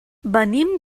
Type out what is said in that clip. venim